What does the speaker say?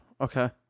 Okay